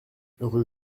rue